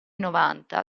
novanta